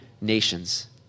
nations